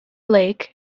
lake